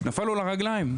נפל לו לרגליים.